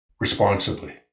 responsibly